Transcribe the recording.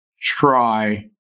try